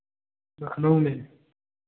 लखनऊ में